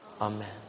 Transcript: Amen